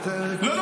אז תן --- לא,